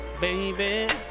Baby